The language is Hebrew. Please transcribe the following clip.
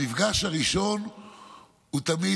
המפגש הראשון הוא תמיד